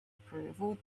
approval